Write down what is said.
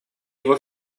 его